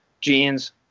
jeans